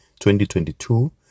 2022